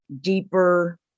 deeper